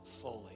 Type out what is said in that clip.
fully